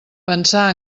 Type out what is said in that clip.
pensar